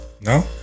No